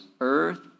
earth